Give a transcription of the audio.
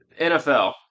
NFL